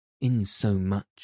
insomuch